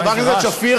חברת הכנסת שפיר,